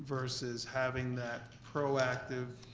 versus having that proactive,